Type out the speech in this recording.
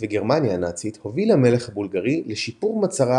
וגרמניה הנאצית הוביל המלך הבולגרי לשיפור מצבה